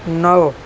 نو